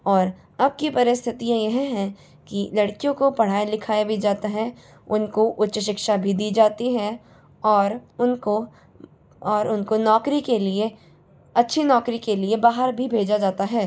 और अब की परिस्थितियाँ यह हैं कि लड़कियों को पढ़ाया लिखाया भी जाता है और उनको उच्च शिक्षा भी दी जाती हैं और उनको और उनको नौकरी के लिए अच्छी नौकरी के लिए बाहर भी भेजा जाता है